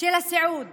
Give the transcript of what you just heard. של הסיעוד